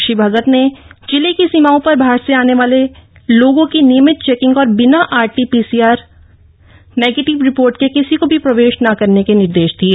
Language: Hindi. श्री भगत ने जिले की सीमाओं पर बाहर से आने वालों की नियमित चेकिंग और बिना आरटीपीसीआर नेगेटिव रिपोर्ट के किसी को भी प्रवेश न करने के निर्देश दिये